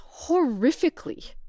horrifically